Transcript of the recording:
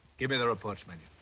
give me the reports, major.